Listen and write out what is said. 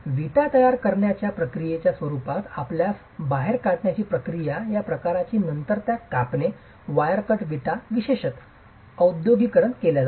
विटा तयार करण्याच्या प्रक्रियेच्या रूपात आपल्यास बाहेर काढण्याची प्रक्रिया या प्रकारची आणि नंतर त्या कापणे वायर कट विटा विशेषत औद्योगिकीकरण केल्या जातात